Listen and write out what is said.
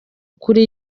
kuri